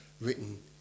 written